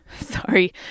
Sorry